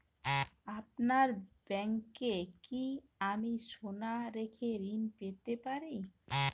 আপনার ব্যাংকে কি আমি সোনা রেখে ঋণ পেতে পারি?